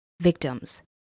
victims